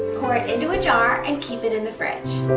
pour it into a jar and keep it in the fridge.